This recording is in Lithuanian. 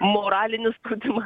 moralinį spaudimą